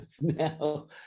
now